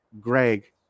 greg